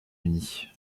unis